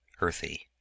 earthy